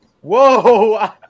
Whoa